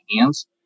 hands